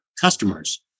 customers